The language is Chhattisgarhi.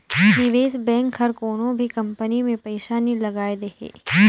निवेस बेंक हर कोनो भी कंपनी में पइसा नी लगाए देहे